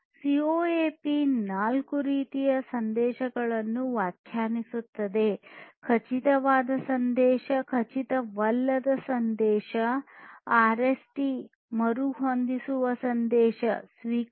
CoAP ನಾಲ್ಕು ರೀತಿಯ ಸಂದೇಶಗಳನ್ನು ವ್ಯಾಖ್ಯಾನಿಸುತ್ತದೆ ಖಚಿತವಾದ ಸಂದೇಶ ಖಚಿತವಲ್ಲದ ಸಂದೇಶ ಆರ್ಎಸ್ಟಿ ಮರುಹೊಂದಿಸುವ ಸಂದೇಶ ಸ್ವೀಕೃತಿ